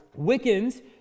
Wiccans